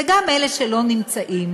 וגם אלה שלא נמצאים,